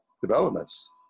developments